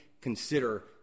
consider